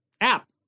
app